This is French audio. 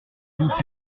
tous